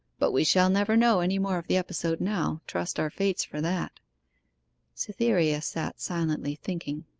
but we shall never know any more of the episode now trust our fates for that cytherea sat silently thinking.